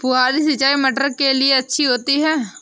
फुहारी सिंचाई मटर के लिए अच्छी होती है?